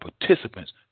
participants